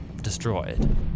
destroyed